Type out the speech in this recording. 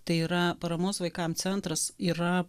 tai yra paramos vaikam centras yra